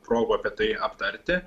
progų apie tai aptarti